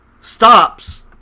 stops